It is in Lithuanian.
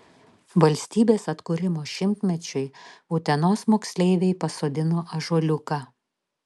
valstybės atkūrimo šimtmečiui utenos moksleiviai pasodino ąžuoliuką